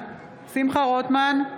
שמחה רוטמן,